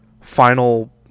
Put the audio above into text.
final